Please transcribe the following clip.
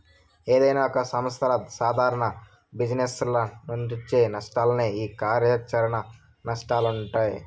ఏదైనా ఒక సంస్థల సాదారణ జిజినెస్ల నుంచొచ్చే నష్టాలనే ఈ కార్యాచరణ నష్టాలంటుండె